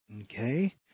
Okay